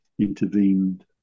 intervened